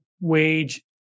wage